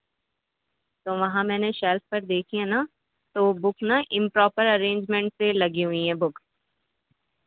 تو وہاں میں نے شیلف پر دیکھی ہے نا تو بک نا امپراپر ارینجمنٹ سے لگی ہوئی یہ بک